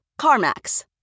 CarMax